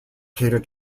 cater